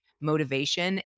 motivation